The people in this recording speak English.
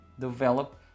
develop